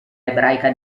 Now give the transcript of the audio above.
ebraica